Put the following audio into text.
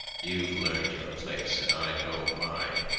you've learned your place, and i know mine.